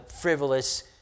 frivolous